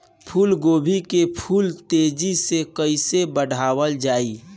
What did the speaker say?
फूल गोभी के फूल तेजी से कइसे बढ़ावल जाई?